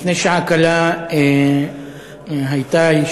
לפני שעה קלה הייתה כאן,